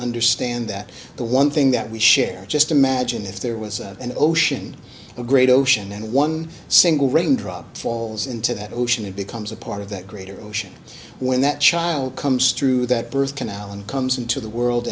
understand that the one thing that we share just imagine if there was an ocean of great ocean and one single raindrop falls into that ocean it becomes a part of that greater ocean when that child comes through that birth canal and comes into the world